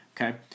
Okay